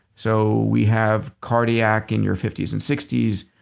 so we have cardiac in your fifties and sixties.